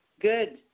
Good